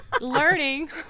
Learning